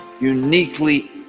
uniquely